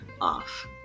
off